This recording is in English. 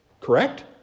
Correct